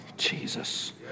Jesus